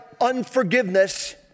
unforgiveness